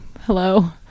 hello